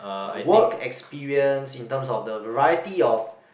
uh work experience in terms of the variety of